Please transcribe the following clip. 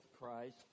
Christ